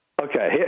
Okay